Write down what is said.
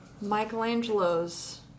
Michelangelo's